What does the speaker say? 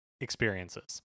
experiences